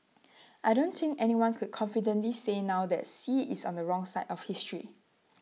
I don't think anyone could confidently say now that Xi is on the wrong side of history